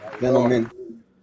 Gentlemen